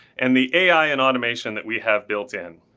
and the ai and automation that we have built in.